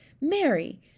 Mary